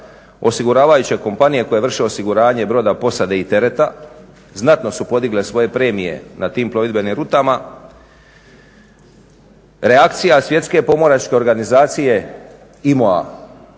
osiguravajuće kompanije koje vrše osiguranje broda, posade i tereta znatno su podigle svoje premije na tim plovidbenim rutama. Reakcija Svjetske pomoračke organizacije ima